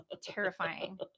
Terrifying